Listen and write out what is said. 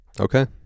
Okay